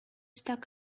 stuck